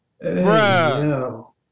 Bro